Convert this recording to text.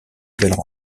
belles